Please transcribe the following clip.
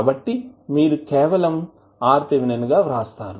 కాబట్టిమీరు కేవలం గా వ్రాస్తారు